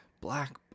black